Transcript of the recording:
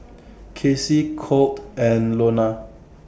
Kacie Colt and Lonna